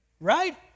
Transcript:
right